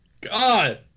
God